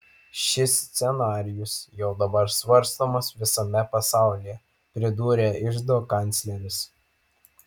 šis scenarijus jau dabar svarstomas visame pasaulyje pridūrė iždo kancleris